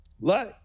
let